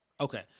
okay